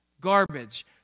garbage